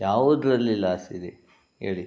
ಯಾವುದರಲ್ಲಿ ಲಾಸ್ಟಿದೆ ಹೇಳಿ